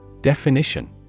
Definition